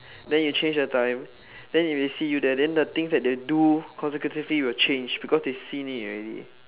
then you change the time then if they see you there then the things that they do consecutively will change because they seen it already